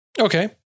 Okay